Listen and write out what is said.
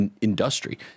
industry